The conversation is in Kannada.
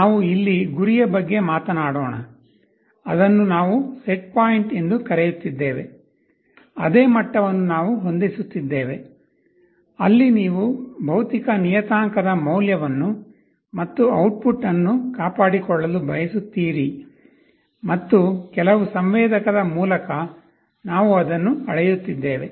ನಾವು ಇಲ್ಲಿ ಗುರಿಯ ಬಗ್ಗೆ ಮಾತನಾಡೋಣ ಅದನ್ನು ನಾವು ಸೆಟ್ಪಾಯಿಂಟ್ ಎಂದು ಕರೆಯುತ್ತಿದ್ದೇವೆ ಅದೇ ಮಟ್ಟವನ್ನು ನಾವು ಹೊಂದಿಸುತ್ತಿದ್ದೇವೆ ಅಲ್ಲಿ ನೀವು ಭೌತಿಕ ನಿಯತಾಂಕದ ಮೌಲ್ಯವನ್ನು ಮತ್ತು ಔಟ್ಪುಟ್ ಅನ್ನು ಕಾಪಾಡಿಕೊಳ್ಳಲು ಬಯಸುತ್ತೀರಿ ಮತ್ತು ಕೆಲವು ಸಂವೇದಕದ ಮೂಲಕ ನಾವು ಅದನ್ನು ಅಳೆಯುತ್ತಿದ್ದೇವೆ